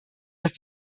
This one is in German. dass